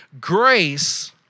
grace